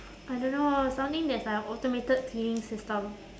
I don't know something that's like a automated cleaning system